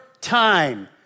time